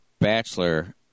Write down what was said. Bachelor